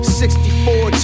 64